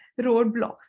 roadblocks